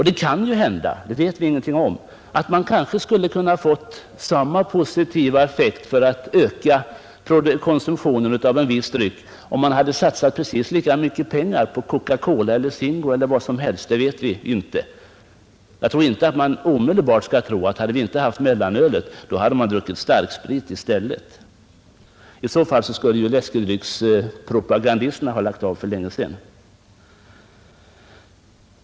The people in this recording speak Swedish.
Det kan hända — det vet vi ingenting om — att man hade fått samma ökade konsumtion av någon annan dryck, om man hade satsat lika mycket pengar på reklam för Coca-cola, Zingo eller vilken dryck som helst. Vi skall nog inte utan vidare tro att ungdomarna, om de inte haft mellanölet, hade druckit starksprit i stället. I så fall skulle ju reklamen för läskedrycker slopats för länge sedan.